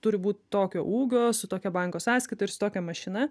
turi būt tokio ūgio su tokia banko sąskaita ir su tokia mašina